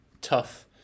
tough